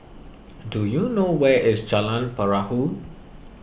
do you know where is Jalan Perahu